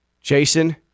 Jason